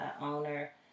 owner